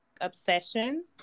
obsession